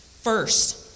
First